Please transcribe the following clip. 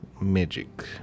magic